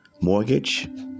mortgage